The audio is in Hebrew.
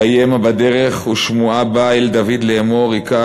"ויהי המה בדרך והשמעה באה אל דוד לאמֹר הכה